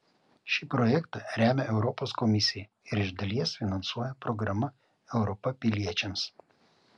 šį projektą remia europos komisija ir iš dalies finansuoja programa europa piliečiams